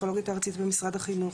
הפסיכולוגית הארצית במשרד החינוך.